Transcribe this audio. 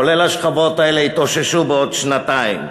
כולל השכבות האלה, יתאוששו בעוד שנתיים?